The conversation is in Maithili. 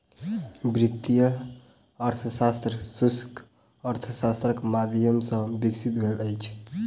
वित्तीय अर्थशास्त्र सूक्ष्म अर्थशास्त्रक माध्यम सॅ विकसित भेल अछि